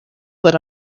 foot